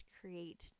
create